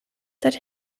that